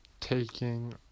taking